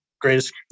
Greatest –